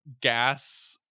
gas